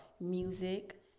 music